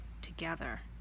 together